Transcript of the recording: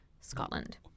Scotland